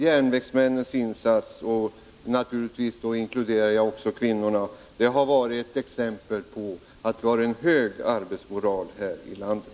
Järnvägsmännens — och då inkluderar jag naturligtvis kvinnorna — insatser har minsann varit exempel på att vi har en hög arbetsmoral här i landet!